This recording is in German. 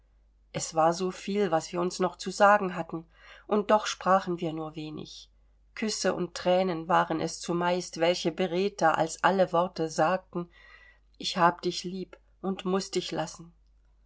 es war so viel was wir uns noch zu sagen hatten und doch sprachen wir nur wenig küsse und thränen waren es zumeist welche beredter als alle worte sagten ich hab dich lieb und muß dich lassen